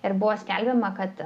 ir buvo skelbiama kad